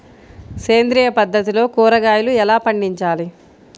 సేంద్రియ పద్ధతిలో కూరగాయలు ఎలా పండించాలి?